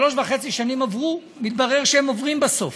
שלוש שנים וחצי עברו, מתברר שהן עוברות בסוף,